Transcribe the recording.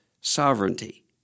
sovereignty